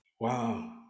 Wow